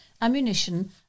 ammunition